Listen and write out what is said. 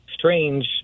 Strange